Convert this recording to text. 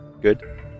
Good